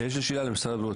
יש לי שאלה למשרד הבריאות,